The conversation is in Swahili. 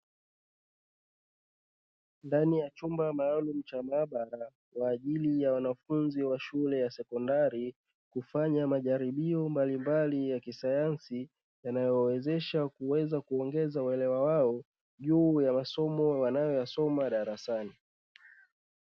Ndani ya chumba maalumu cha maabara kwa ajili ya wanafunzi wa shule ya sekondari, hufanya majaribio mbalimbali ya kisayansi yanayowawezesha kuweza kuongeza uelewa wao juu ya masomo wanayoyasoma darasani.